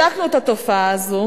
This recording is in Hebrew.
בדקנו את התופעה הזאת